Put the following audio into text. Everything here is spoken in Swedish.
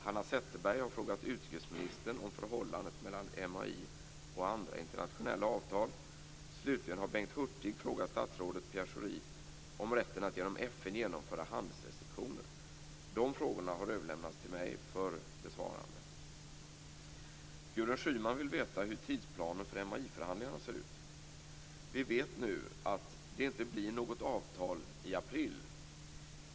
Hanna Zetterberg har frågat utrikesministern om förhållandet mellan MAI och andra internationella avtal. Slutligen har Bengt Hurtig frågat statsrådet Pierre Schori om rätten att genom FN genomföra handelsrestriktioner. Frågorna har överlämnats till mig för besvarande. Gudrun Schyman vill veta hur tidsplanen för MAI förhandlingarna ser ut. Vi vet nu att det inte blir något avtal i april.